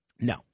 No